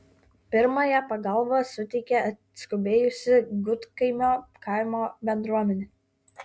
pirmąją pagalbą suteikė atskubėjusi gudkaimio kaimo bendruomenė